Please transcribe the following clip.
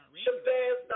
shabazz